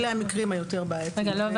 אלה המקרים היותר בעייתיים.